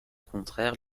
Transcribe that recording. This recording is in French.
contraire